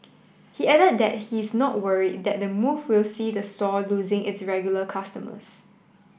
he added that he's not worried that the move will see the store losing its regular customers